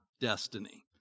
destiny